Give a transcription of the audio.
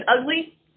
ugly